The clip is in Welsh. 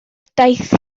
daith